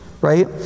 right